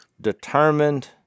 determined